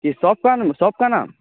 جی shop کا shop کا نام